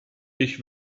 ich